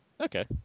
Okay